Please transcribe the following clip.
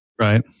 Right